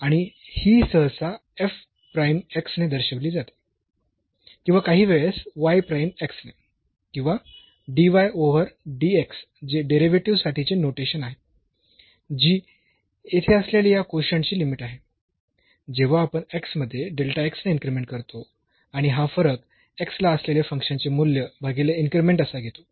आणि ही सहसा ने दर्शविली जाते किंवा काही वेळेस ने किंवा जे डेरिव्हेटिव्ह साठीचे नोटेशन आहे जी येथे असलेल्या या कोशन्ट ची लिमिट आहे जेव्हा आपण x मध्ये ने इन्क्रीमेंट करतो आणि हा फरक x ला असलेले फंक्शनचे मूल्य भागीले इन्क्रीमेंट असा घेतो